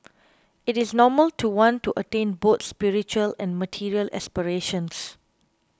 it is normal to want to attain both spiritual and material aspirations